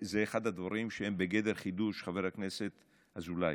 זה אחד הדברים שהם בגדר חידוש, חבר הכנסת אזולאי,